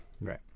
Right